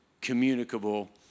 communicable